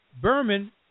Berman